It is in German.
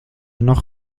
noch